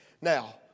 Now